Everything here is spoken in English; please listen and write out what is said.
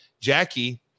Jackie